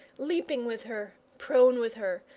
leaping with her, prone with her,